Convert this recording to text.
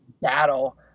battle